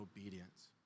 obedience